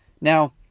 Now